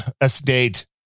Estate